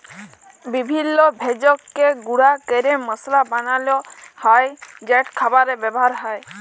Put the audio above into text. বিভিল্য ভেষজকে গুঁড়া ক্যরে মশলা বানালো হ্যয় যেট খাবারে ব্যাবহার হ্যয়